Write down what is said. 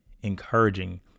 encouraging